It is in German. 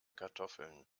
kartoffeln